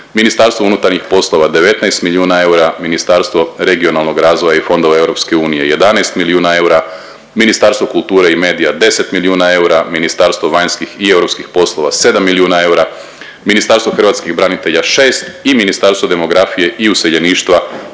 milijuna eura, MUP 19 milijuna eura, Ministarstvo regionalnog razvoja i fondova EU 11 milijuna eura, Ministarstvo kulture i medija 10 milijuna eura, Ministarstvo vanjskih i europskih poslova 7 milijuna eura, Ministarstvo hrvatskih branitelja 6 i Ministarstvo demografije i useljeništva 2